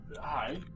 Hi